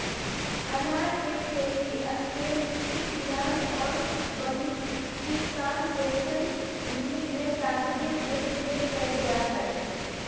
अनार के खेती स्पेन मिस्र ईरान और बलूचिस्तान जैसन भूमध्यसागरीय देश में कइल जा हइ